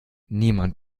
niemand